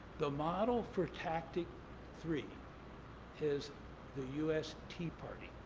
the model for tactic three is the u s. tea party.